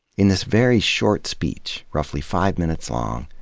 in this very short speech, roughly five minutes long,